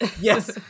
Yes